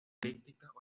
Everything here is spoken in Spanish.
elípticas